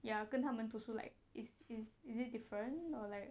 ya 跟他们读书 like is is is it different or like